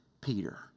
Peter